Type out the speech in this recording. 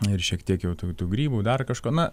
ir šiek tiek jau tų tų grybų dar kažko na